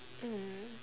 mm